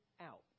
out